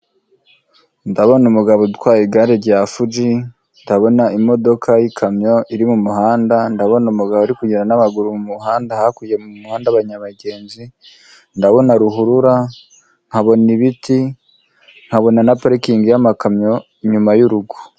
Ndabona umugabo utwaye igare rya fuji ndabona imodoka yikamyo iri mumuhanda ndabona umugabo uri kugenda n'amaguru mumuhanda hakurya y'umuhanda wabagenzi ndabona ruhurura nkabona ibiti nkabona na parikingi yamakamyo inyuma y'urugo .